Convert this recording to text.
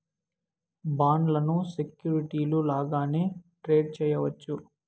బాండ్లను సెక్యూరిటీలు లాగానే ట్రేడ్ చేయవచ్చు